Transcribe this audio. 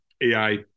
AI